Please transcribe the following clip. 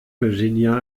virginia